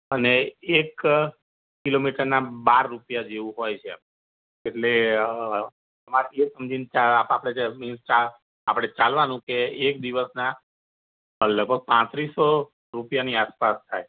અને એક કિલોમીટરના બાર રૂપિયા જેવું હોય છે એમ એટલે આપણે જે એ કે આપણે ચાલવાનું કે એક દિવસના લગભગ પાંત્રીસ સો રૂપિયાની આસપાસ થાય